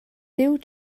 huw